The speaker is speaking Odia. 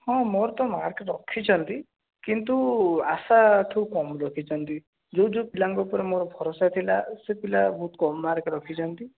ହଁ ମୋର ତ ମାର୍କ୍ ରଖିଛନ୍ତି କିନ୍ତୁ ଆଶାଠୁ କମ୍ ରଖିଛନ୍ତି ଯେଉଁ ଯେଉଁ ପିଲାଙ୍କ ଉପରେ ମୋର ଭରସା ଥିଲା ସେ ପିଲା ବହୁତ କମ୍ ମାର୍କ୍ ରଖିଛନ୍ତି